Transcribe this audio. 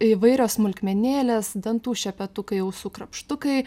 įvairios smulkmenėlės dantų šepetukai ausų krapštukai